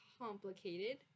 Complicated